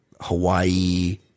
Hawaii